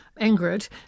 Ingrid